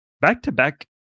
back-to-back